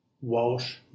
Walsh